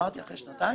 אמרתי, אחרי שנתיים.